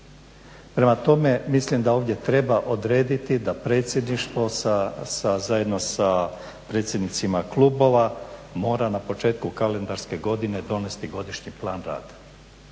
Prema tome, mislim da ovdje treba odrediti da predsjedništvo zajedno sa predsjednicima klubova mora na početku kalendarske godine donesti godišnji plan rada,